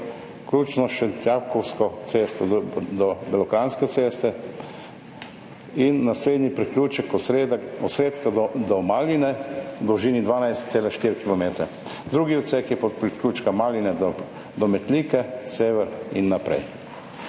vključno s šentjakobsko cesto do belokranjske ceste, in naslednji priključek od Osredka do Malin v dolžini 12,4 kilometra, drugi odsek je od priključka Maline do Metlike sever in naprej.